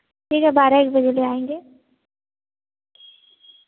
ठीक है बारह एक बजे ले आएँगे